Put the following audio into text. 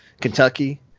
Kentucky